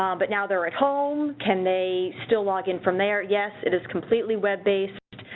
um but now they're at home, can they still log in from there? yes, it iscompletely web-based.